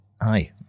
aye